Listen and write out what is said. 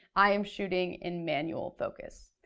i am shooting in manual focus.